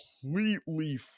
completely